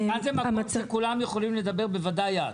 כאן זה מקום שבו כולם יכולים לדבר; בוודאי שאת.